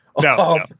No